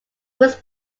was